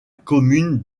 commune